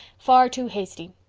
far too hasty.